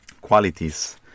qualities